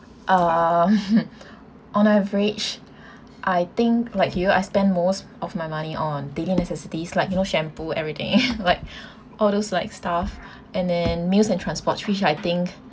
uh on average I think like you I spent most of my money on daily necessities like you know shampoo everything like all those like stuff and then meals and transport which I think